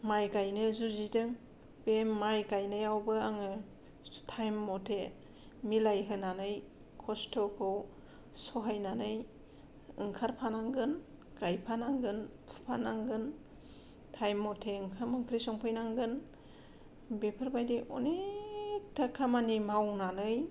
माइ गायनो जुजिदों बे माइ गायनायावबो आङो टाइम मथे मिलाय होनानै खस्थ'खौ सहायनानै ओंखारफानांगोन गायफानांगोन फुफानांगोन टाइम मथे ओंखाम ओंख्रि संफैनांगोन बेफोरबायदि अनेकथा खामानि मावनानै